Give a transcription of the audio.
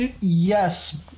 yes